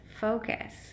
focus